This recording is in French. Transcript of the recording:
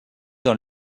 dans